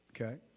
okay